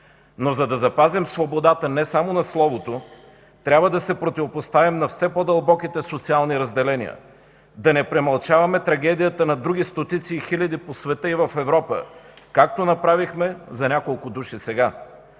Но за да запазим свободата не само на словото, трябва да се противопоставим на все по-дълбоките социални разделения, да не премълчаваме трагедията на други стотици и хиляди по света и в Европа, както направихме за няколко души сега.